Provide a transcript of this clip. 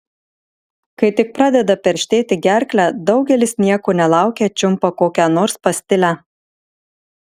kai tik pradeda perštėti gerklę daugelis nieko nelaukę čiumpa kokią nors pastilę